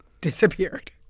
disappeared